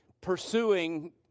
pursuing